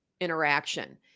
interaction